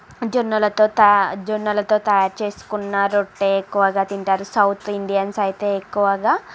జొన్నలతో తయ జొన్నలతో తయారు చేసుకున్న రొట్టె ఎక్కువగా తింటారు సౌత్ ఇండియన్స్ అయితే ఎక్కువగా